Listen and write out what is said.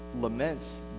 laments